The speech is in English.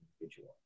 individual